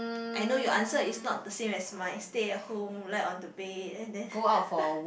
I know your answer is not the same as mine stay at home lie on the bed and then